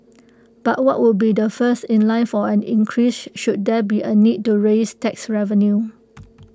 but what would be the first in line for an increase should there be A need to raise tax revenue